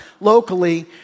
locally